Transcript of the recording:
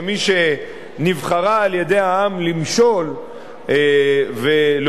כמי שנבחרה על-ידי העם למשול ולהוביל